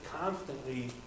constantly